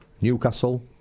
Newcastle